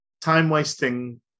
time-wasting